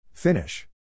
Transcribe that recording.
Finish